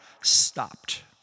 stopped